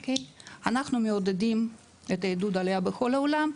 אנחנו מעודדים את עידוד העלייה בכל העולם,